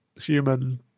human